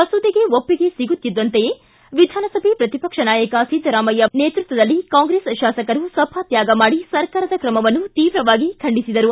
ಮಸೂದೆಗೆ ಒಪ್ಪಿಗೆ ಸಿಗುತ್ತಿದ್ದಂತೆಯೇ ವಿಧಾನಸಭೆ ಪ್ರತಿಪಕ್ಷ ನಾಯಕ ಸಿದ್ದರಾಮಯ್ಯ ಅವರ ನೇತೃತ್ವದಲ್ಲಿ ಕಾಂಗ್ರೆಸ್ ಶಾಸಕರು ಸಭಾತ್ವಾಗ ಮಾಡಿ ಸರ್ಕಾರದ ಕ್ರಮವನ್ನು ತೀವ್ರವಾಗಿ ಖಂಡಿಸಿದರು